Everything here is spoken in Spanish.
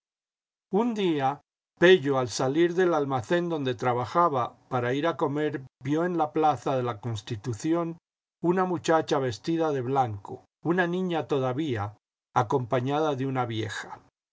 un día pello al salir del almacén donde trabajaba para ir a comer vio en la plaza de la constitución una muchacha vestida de blanco una niña todavía acompañada de una vieja